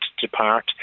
depart